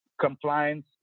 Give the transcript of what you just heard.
compliance